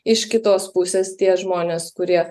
iš kitos pusės tie žmonės kurie